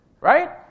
Right